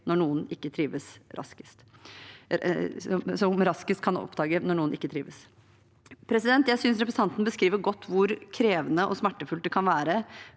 barnet ikke trives. Jeg synes representanten beskriver godt hvor krevende og smertefullt det kan være